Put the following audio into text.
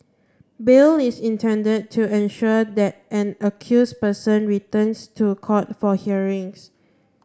bail is intended to ensure that an accused person returns to court for hearings